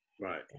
Right